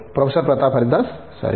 professor Pratap Haridas సరే